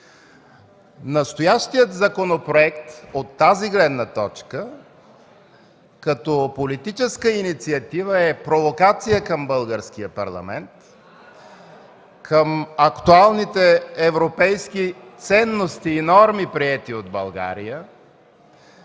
настоящият законопроект като политическа инициатива е провокация към Българския парламент, към актуалните европейски ценности и норми, приети от България,